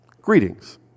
greetings